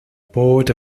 board